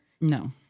no